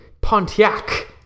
Pontiac